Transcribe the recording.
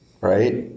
right